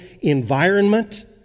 environment